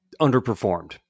underperformed